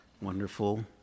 wonderful